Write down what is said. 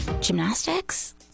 gymnastics